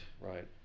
Right